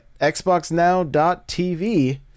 xboxnow.tv